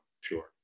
Sure